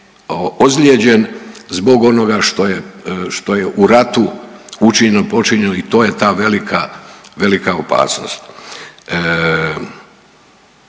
ozlijeđen zbog onoga što je u radu počinjeno i to je ta velika opasnost.